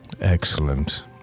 Excellent